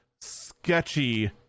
sketchy